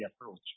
approach